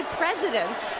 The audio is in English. president